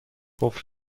قفل